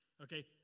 okay